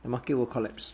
the market will collapse